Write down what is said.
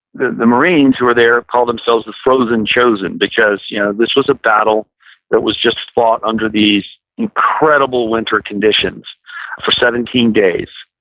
the the marines who were there, called themselves the frozen chosin because yeah this was a battle that was just fought under these incredible winter conditions for seventeen days.